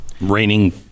raining